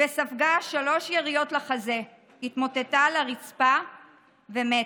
וספגה שלוש יריות לחזה, התמוטטה על הרצפה ומתה.